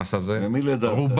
המס הזה: רובה